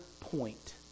point